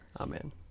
Amen